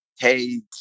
hey